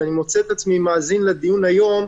ואני מוצא את עצמי מאזין לדיון היום,